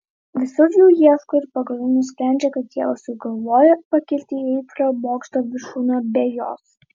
visur jų ieško ir pagaliau nusprendžia kad jie sugalvojo pakilti į eifelio bokšto viršūnę be jos